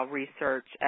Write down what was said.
research